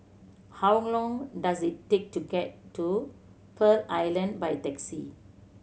how long does it take to get to Pearl Island by taxi